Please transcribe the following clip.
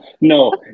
No